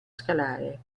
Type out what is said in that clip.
scalare